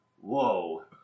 whoa